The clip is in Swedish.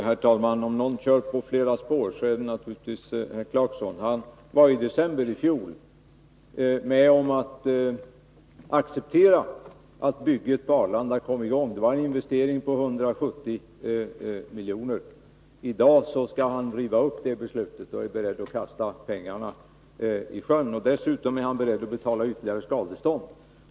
Herr talman! Om någon kör på flera spår är det naturligtvis herr Clarkson. Han var i december i fjol med om att acceptera att bygget på Arlanda kom i gång — det var en investering på 170 milj.kr. I dag skall han riva upp det beslutet och är beredd att kasta pengarnai sjön. Och dessutom är han beredd att betala ytterligare skadestånd.